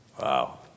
Wow